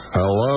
Hello